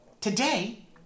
today